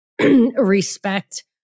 respect